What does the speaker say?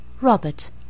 Robert